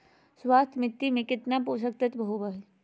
स्वस्थ मिट्टी में केतना पोषक तत्त्व होबो हइ?